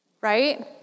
right